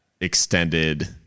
extended